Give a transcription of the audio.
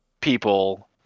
people